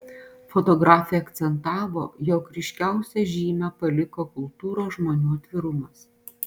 fotografė akcentavo jog ryškiausią žymę paliko kultūros žmonių atvirumas